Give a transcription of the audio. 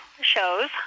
shows